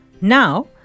Now